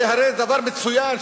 הרי זה דבר מצוין,